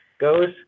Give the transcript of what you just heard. goes